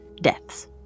deaths